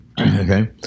Okay